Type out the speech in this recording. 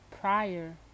prior